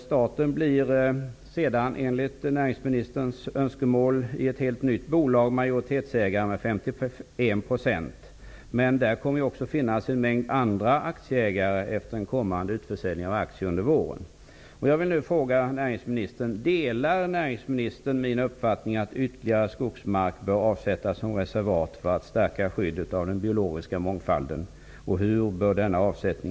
Staten blir sedan, enligt näringsministerns önskemål, i ett helt nytt bolag majoritetsägare med 51 %. Men det kommer också att finnas en mängd andra aktieägare efter en kommande utförsäljning av aktier under våren.